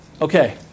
Okay